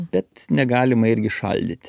bet negalima irgi šaldyti